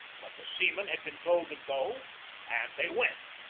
but the seamen had been told to go and they went.